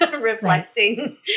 reflecting